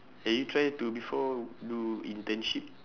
have you tried to before do internship